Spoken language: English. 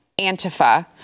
Antifa